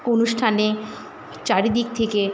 অনুষ্ঠানে চারিদিক থেকে